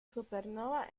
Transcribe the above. supernova